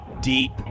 deep